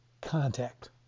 contact